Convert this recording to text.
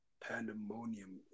pandemonium